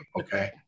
Okay